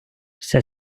вся